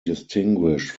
distinguished